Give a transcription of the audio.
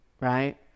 right